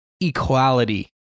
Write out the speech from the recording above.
equality